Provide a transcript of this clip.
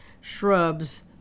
shrubs